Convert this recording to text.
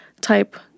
type